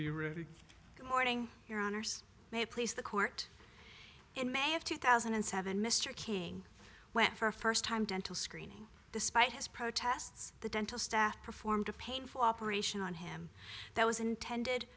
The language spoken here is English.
good morning your honour's may it please the court in may of two thousand and seven mr king went for a first time dental screening despite his protests the dental staff performed a painful operation on him that was intended